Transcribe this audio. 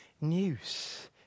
news